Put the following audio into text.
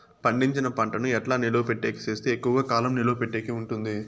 పండించిన పంట ను ఎట్లా నిలువ పెట్టేకి సేస్తే ఎక్కువగా కాలం నిలువ పెట్టేకి ఉంటుంది?